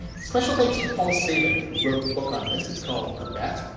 special thanks to paul sabin, who wrote the book on this. it's called the bet.